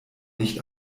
nicht